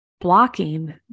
blocking